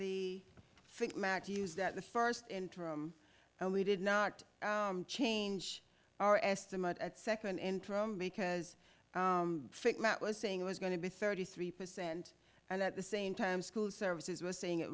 matthews that the first interim and we did not change our estimate at second interim because matt was saying it was going to be thirty three percent and at the same time school services were saying it